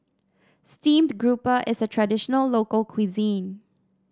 Steamed Grouper is a traditional local cuisine